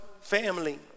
family